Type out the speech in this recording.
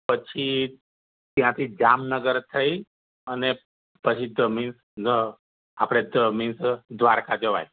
પછી ત્યાંથી જામનગર થઈ અને પછી જમીન અ આપણે જમીન અ દ્વારકા જવાય